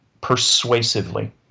persuasively